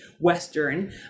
Western